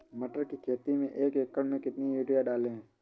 मटर की खेती में एक एकड़ में कितनी यूरिया डालें?